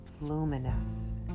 luminous